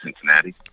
Cincinnati